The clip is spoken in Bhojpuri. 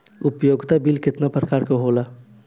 उपयोगिता बिल केतना प्रकार के होला?